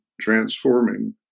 transforming